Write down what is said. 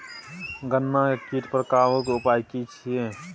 गन्ना के कीट पर काबू के उपाय की छिये?